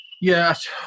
yes